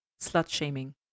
slut-shaming